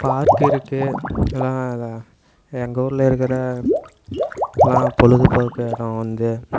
park இருக்குது எல்லாம் அதுதான் எங்கள் ஊரில் இருக்கிற எல்லாம் பொழுது போக்கு இடம் வந்து